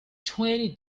twenty